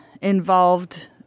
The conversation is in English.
involved